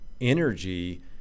energy